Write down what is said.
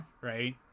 right